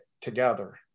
together